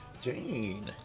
Jane